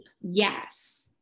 Yes